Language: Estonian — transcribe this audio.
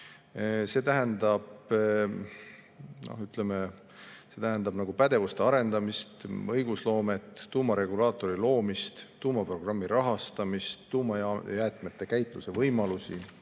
olulisi aspekte. See tähendab pädevuste arendamist, õigusloomet, tuumaregulaatori loomist, tuumaprogrammi rahastamist, tuumajäätmete käitluse võimalusi,